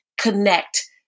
connect